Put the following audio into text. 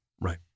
right